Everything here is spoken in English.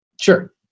Sure